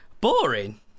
boring